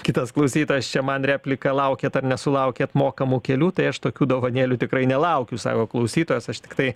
kitas klausytojas čia man replika laukiat ar nesulaukiat mokamų kelių tai aš tokių dovanėlių tikrai nelaukiu sako klausytojas aš tiktai